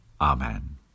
Amen